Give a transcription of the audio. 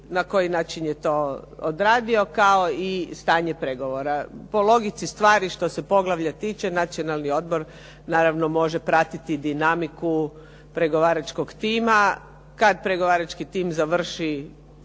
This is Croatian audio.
na koji način je to odradio, kao i stanje pregovora. Po logici stvari što se poglavlja tiče, Nacionalni odbor naravno može pratiti dinamiku pregovaračkog tima. Kad pregovarački tim završi